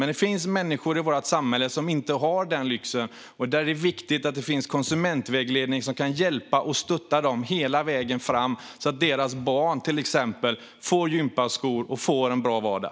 Men det finns människor i vårt samhälle som inte har den lyxen, och det är viktigt att det finns konsumentvägledning som kan hjälpa och stötta dem hela vägen fram så att deras barn till exempel får gympaskor och får en bra vardag.